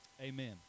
amen